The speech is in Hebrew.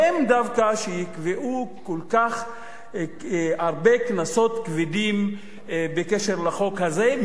הם דווקא שיקבעו כל כך הרבה קנסות כבדים בקשר לחוק הזה,